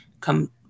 come